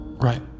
Right